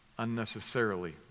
unnecessarily